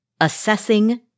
assessing